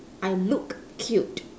I look cute